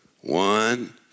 One